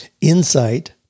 insight